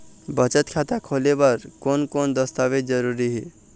बचत खाता खोले बर कोन कोन दस्तावेज जरूरी हे?